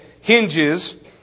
hinges